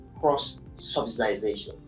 cross-subsidization